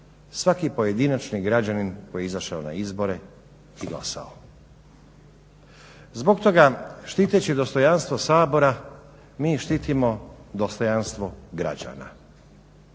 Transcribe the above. svaki pojedinačni građanin koji je izašao na izbore i glasao. Zbog toga, štiteći dostojanstvo Sabora, mi štitimo dostojanstvo građana